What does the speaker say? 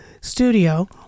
studio